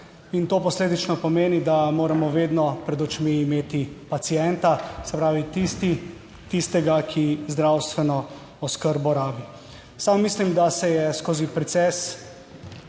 in to posledično pomeni, da moramo vedno pred očmi imeti pacienta, se pravi tisti tistega, ki zdravstveno oskrbo rabi. Sam mislim, da se je skozi proces